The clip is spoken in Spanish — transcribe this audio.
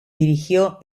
dirigió